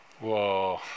Whoa